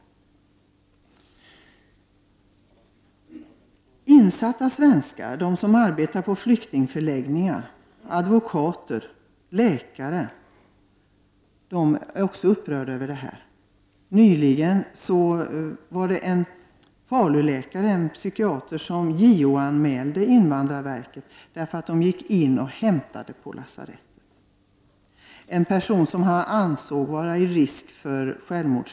Svenskar som är insatta i dessa frågor och som arbetar på flyktingförläggningar eller som advokater och läkare är också upprörda över detta. Nyligen JO-anmälde en läkare i Falun, en psykiater, invandrarverket för att man hade gått in och hämtat en person på lasarettet. Läkaren ansåg att det var risk för att personen skulle försöka begå självmord.